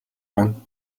байна